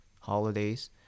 holidays